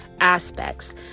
aspects